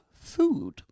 food